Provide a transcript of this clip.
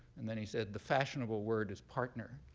and then he said, the fashionable word is partner.